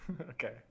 okay